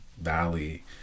valley